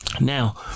now